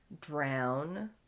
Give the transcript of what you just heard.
drown